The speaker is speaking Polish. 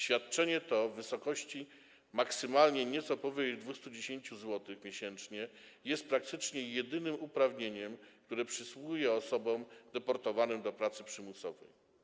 Świadczenie to w wysokości maksymalnie nieco powyżej 210 zł miesięcznie jest praktycznie jedynym uprawnieniem, które przysługuje osobom deportowanym do pracy przymusowej.